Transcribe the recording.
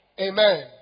Amen